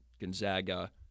Gonzaga